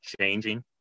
changing